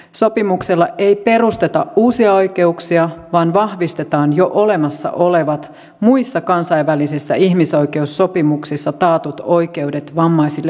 sopimuksella ei perusteta uusia oikeuksia vaan vahvistetaan jo olemassa olevat muissa kansainvälisissä ihmisoikeussopimuksissa taatut oikeudet vammaisille henkilöille